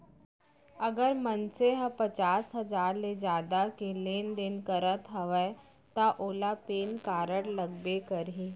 अगर मनसे ह पचार हजार ले जादा के लेन देन करत हवय तव ओला पेन कारड लगबे करही